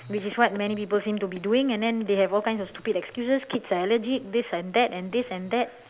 which is what many people seem to be doing and then they have all kinds of stupid excuses kids are allergic this and that this and that